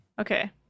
Okay